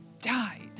died